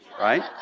Right